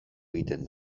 egiten